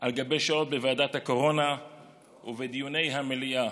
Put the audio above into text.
על גבי שעות בוועדת הקורונה ובדיוני המליאה,